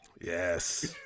Yes